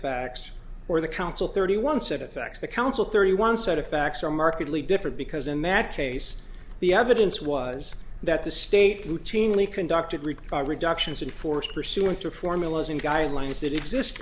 facts or the council thirty one set of facts the council thirty one set of facts are markedly different because in that case the evidence was that the state routinely conducted require reductions in force pursuant to formulas and guidelines that exist